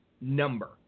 number